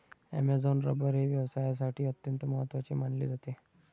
Amazon rubber हे व्यवसायासाठी अत्यंत महत्त्वाचे मानले जाते